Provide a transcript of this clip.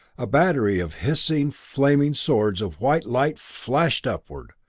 a battery of hissing, flaming swords of white light flashed upward,